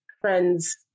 friends